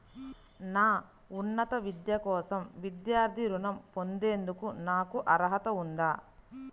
నా ఉన్నత విద్య కోసం విద్యార్థి రుణం పొందేందుకు నాకు అర్హత ఉందా?